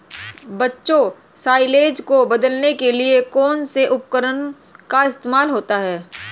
बच्चों साइलेज को बदलने के लिए कौन से उपकरण का इस्तेमाल होता है?